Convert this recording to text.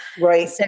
right